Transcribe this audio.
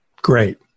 great